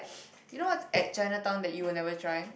you know what's at Chinatown that you will never try